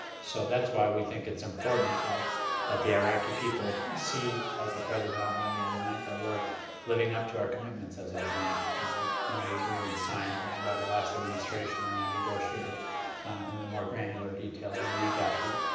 so that's why we think it's important that the iraqi people see, as the president outlined the other night, that we're living up to our commitments, as outlined in the agreement signed by the last administration and then negotiated in the more granular details when we got here.